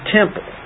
temple